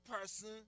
person